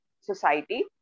society